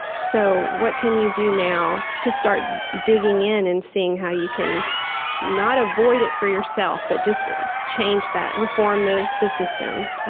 so what can you do now to start digging in and seeing how you can not avoid it for yourself, but just change that, reform the the system?